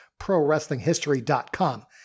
ProWrestlingHistory.com